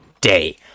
day